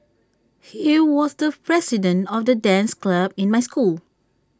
he was the president of the dance club in my school